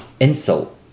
insult